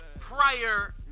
prior